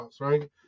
right